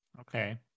Okay